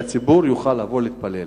שהציבור יוכל לבוא ולהתפלל.